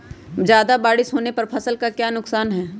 ज्यादा बारिस होने पर फसल का क्या नुकसान है?